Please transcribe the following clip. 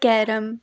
carrom